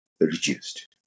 reduced